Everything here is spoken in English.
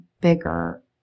bigger